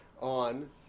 on